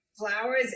flowers